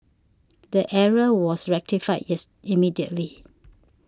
the error was rectified yes immediately